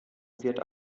wird